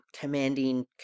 commanding